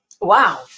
Wow